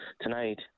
tonight